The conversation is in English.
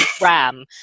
ram